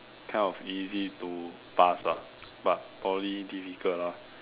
kind of easy to pass lah but Poly difficult ah